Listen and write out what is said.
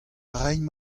raimp